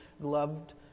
gloved